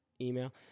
email